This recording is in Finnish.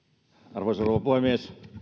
arvoisa rouva puhemies